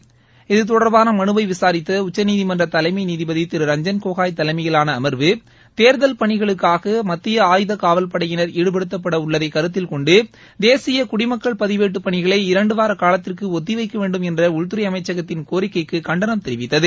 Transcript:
விசாரித்த தலைமை இதுதொடர்பான மனுவை நீதிபதி திரு ரஞ்சன் கோகோய் தலைமையிலாள அமர்வு தேர்தல் பணிகளுக்காக மத்திய ஆயுத காவல்படையினர் ஈடுபடுத்தப்பட உள்ளதை கருத்தில் கொண்டு தேசிய குடிமக்கள் பதிவேட்டு பணிகளை இரண்டு வார காலத்திற்கு ஒத்தி வைக்க வேண்டும் என்ற உள்துறை அமைச்சகத்தின் கோரிக்கைக்கு கண்டனம் தெரிவித்தது